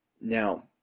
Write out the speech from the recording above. Now